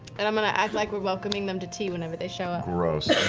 and i'm going to act like we're welcoming them to tea whenever they show up.